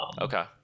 Okay